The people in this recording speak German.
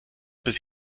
bis